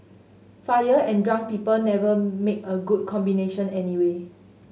fire and drunk people never make a good combination anyway